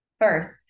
First